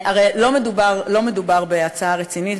הרי לא מדובר בהצעה רצינית,